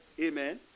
Amen